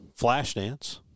Flashdance